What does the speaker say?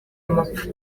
amapfa